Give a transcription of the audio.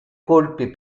colpi